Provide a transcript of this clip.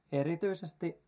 erityisesti